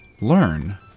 Learn